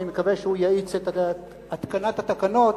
אני מקווה שהוא יאיץ את התקנת התקנות,